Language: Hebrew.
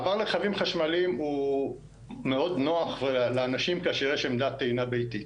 מעבר לרכבים חשמליים הוא מאוד נוח לאנשים כאשר יש עמדת טעינה ביתית